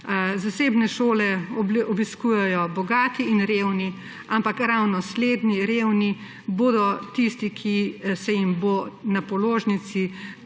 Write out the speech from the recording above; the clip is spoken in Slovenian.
Zasebne šole obiskujejo bogati in revni, ampak ravno slednji, revni, bodo tisti, ki se jim bo na položnici